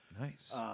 Nice